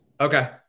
Okay